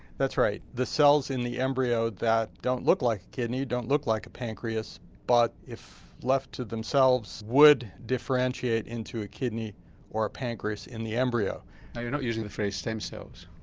that's right, the cells in the embryo that don't look like a kidney, don't look like a pancreas but if left to themselves would differentiate into a kidney or a pancreas in the embryo. now you're not using the phrase stem cells?